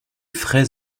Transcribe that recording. fraises